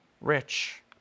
rich